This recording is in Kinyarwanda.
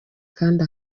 kandi